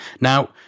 Now